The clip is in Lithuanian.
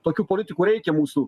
tokių politikų reikia mūsų